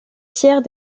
tiers